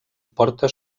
porta